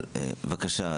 בבקשה.